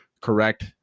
correct